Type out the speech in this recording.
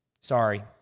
Sorry